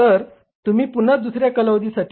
तर तुम्ही पुन्हा दुसऱ्या कालावधीसाठी B